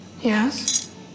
Yes